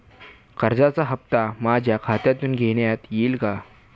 कर्जाचा हप्ता माझ्या खात्यातून घेण्यात येईल का?